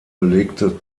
belegte